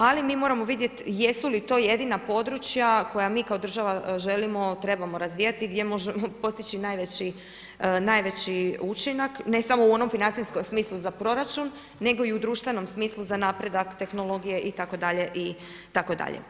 Ali mi moramo vidjeti jesu li to jedina područja koja mi kao država želimo, trebamo razvijati, gdje možemo postići najveći učinak ne samo u onom financijskom smislu za proračun, nego i u društvenom smislu za napredak tehnologije itd. itd.